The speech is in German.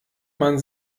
man